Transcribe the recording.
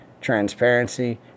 transparency